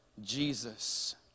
Jesus